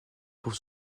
pour